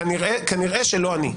כנראה שלא אני.